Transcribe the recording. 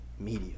Media